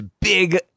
big